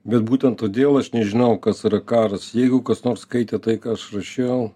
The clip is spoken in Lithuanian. bet būtent todėl aš nežinau kas yra karas jeigu kas nors skaitė tai ką aš rašiau